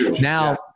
now